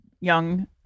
young